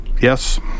yes